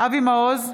אבי מעוז,